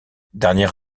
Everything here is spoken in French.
dernier